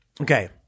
okay